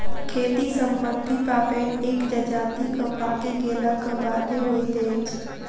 खेती सम्बन्धी पाबैन एक जजातिक पाकि गेलाक बादे होइत अछि